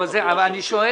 אני שואל